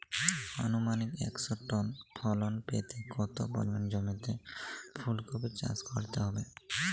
আনুমানিক একশো টন ফলন পেতে কত পরিমাণ জমিতে ফুলকপির চাষ করতে হবে?